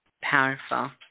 Powerful